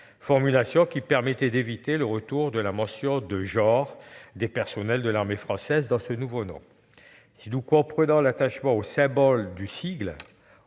combattant -, qui permettait d'éviter le retour de la mention du genre des personnels de l'armée française dans ce nouveau nom. Si nous comprenons l'attachement au symbole qu'est le